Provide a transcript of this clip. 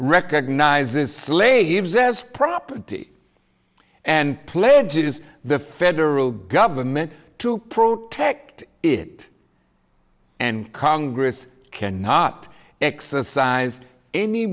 recognizes slaves as property and pledges the federal government to pro tect it and congress cannot exercise any